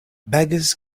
beggars